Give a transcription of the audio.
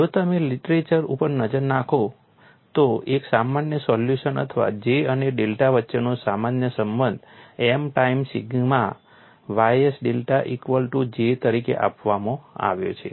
જો તમે લીટરેચર ઉપર નજર નાખો તો એક સામાન્ય સોલ્યુશન અથવા J અને ડેલ્ટા વચ્ચેનો સામાન્ય સંબંધ m time sigma ys delta equal to J તરીકે આપવામાં આવ્યો છે